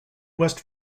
west